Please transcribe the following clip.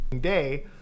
day